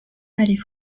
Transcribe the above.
allée